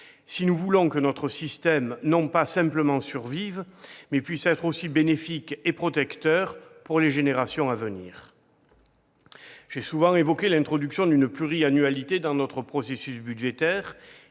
si nous voulons que notre système non pas simplement survive, mais puisse être aussi bénéfique et protecteur pour les générations à venir. J'ai souvent évoqué l'introduction d'une pluriannualité dans notre processus budgétaire.